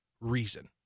reason